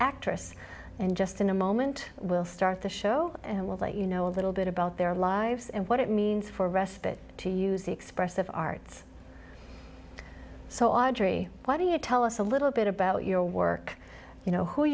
actress and just in a moment we'll start the show and we'll let you know a little bit about their lives and what it means for respite to use the expressive arts so i agree why do you tell us a little bit about your work you know who